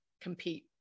compete